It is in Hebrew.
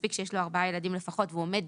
מספיק שיש לו ארבעה ילדים לפחות והוא עומד